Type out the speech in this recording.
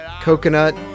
coconut